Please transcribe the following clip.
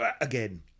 Again